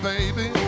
Baby